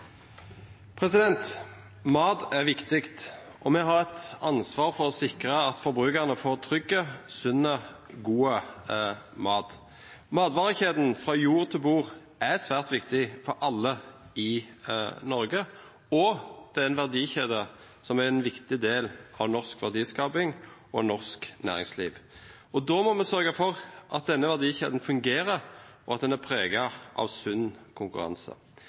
viktig, og vi har et ansvar for å sikre at forbrukerne får trygg, sunn og god mat. Matvarekjeden fra jord til bord er svært viktig for alle i Norge, og det er en verdikjede som er en viktig del av norsk verdiskaping og norsk næringsliv. Da må vi sørge for at denne verdikjeden fungerer, og at den er preget av sunn konkurranse.